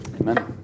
amen